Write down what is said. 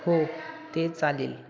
हो ते चालेल